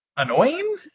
Annoying